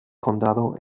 condado